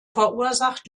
verursacht